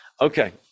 Okay